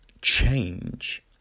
change